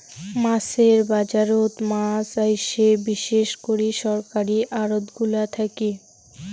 মাছের বাজারত মাছ আইসে বিশেষ করি সরকারী আড়তগুলা থাকি